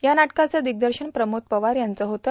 या नाटकाचं दिव्दर्शन प्रमोद पवार यांचं होतं